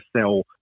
sell